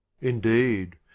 indeed